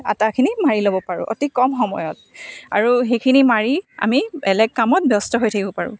আটাখিনি মাৰি ল'ব পাৰোঁ অতি কম সময়ত আৰু সেইখিনি মাৰি আমি বেলেগ কামত ব্যস্ত হৈ থাকিব পাৰোঁ